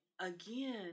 again